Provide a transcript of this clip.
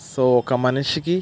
so ఒక మనిషికి